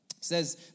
says